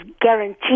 guaranteed